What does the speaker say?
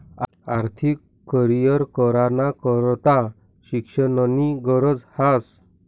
आर्थिक करीयर कराना करता शिक्षणनी गरज ह्रास